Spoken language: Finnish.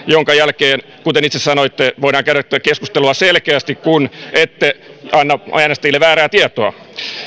jonka jälkeen kuten itse sanoitte voidaan käydä tätä keskustelua selkeästi kun ette anna äänestäjille väärää tietoa